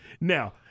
Now